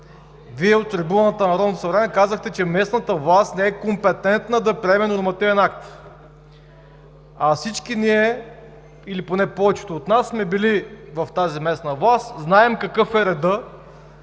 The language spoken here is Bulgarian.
От трибуната на Народното събрание Вие казахте, че местната власт не е компетентна да приеме нормативен акт. А всички ние, или поне повечето от нас, сме били в тази местна власт, знаем какъв е редът